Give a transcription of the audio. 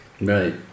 Right